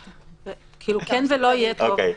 כן ולא יהיה טוב.